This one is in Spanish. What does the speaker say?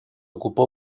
ocupó